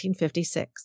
1956